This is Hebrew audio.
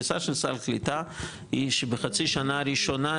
התפיסה של סל קליטה היא שבחצי שנה הראשונה,